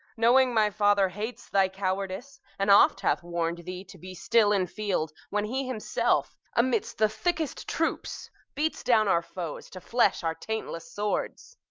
knowing my father hates thy cowardice, and oft hath warn'd thee to be still in field, when he himself amidst the thickest troops beats down our foes, to flesh our taintless swords?